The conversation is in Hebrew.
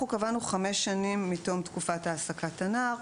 אנחנו קבענו חמש שנים מתום תקופת העסקת הנער.